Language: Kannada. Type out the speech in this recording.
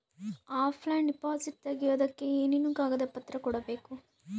ಆಫ್ಲೈನ್ ಡಿಪಾಸಿಟ್ ತೆಗಿಯೋದಕ್ಕೆ ಏನೇನು ಕಾಗದ ಪತ್ರ ಬೇಕು?